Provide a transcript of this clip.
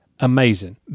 Amazing